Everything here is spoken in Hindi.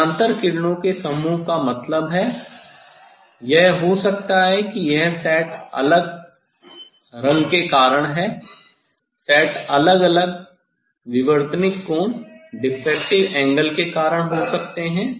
समानांतर किरणों के समूह का मतलब है यह हो सकता है कि यह सेट अलग रंग के कारण है सेट अलग अलग विवर्तनिक कोण के कारण हो सकते है